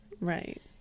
Right